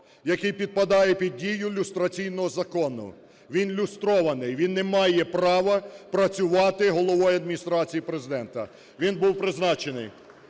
який підпадає під дію люстраційного закону. Він люстрований, він не має права працювати Главою Адміністрації Президента. Він був призначений.